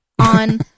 on